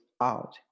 out